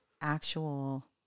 actual